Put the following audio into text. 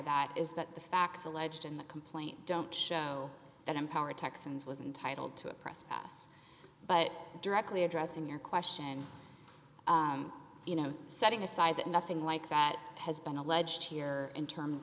that is that the facts alleged in the complaint don't show that empower texans was entitled to a press pass but directly addressing your question you know setting aside that nothing like that has been alleged here in terms